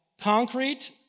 concrete